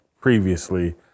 previously